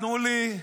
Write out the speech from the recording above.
תנו לי.